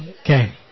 Okay